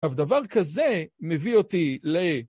דבר כזה מביא אותי ל...